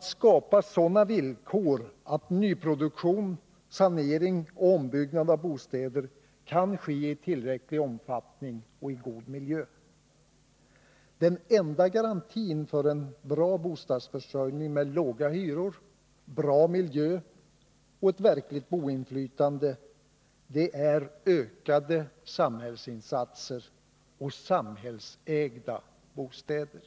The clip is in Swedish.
skapandet av sådana villkor att nyproduktion, sanering och ombyggnad av bostäder kan ske i tillräcklig omfattning och i god miljö. Den enda garantin för en god bostadsförsörjning med låga hyror, bra miljö och ett verkligt bostadsinflytande är ökade samhällsinsatser och samhällsägda bostäder.